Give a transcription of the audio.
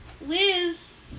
Liz